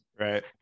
right